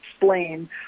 explain